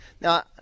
Now